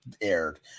aired